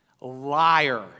liar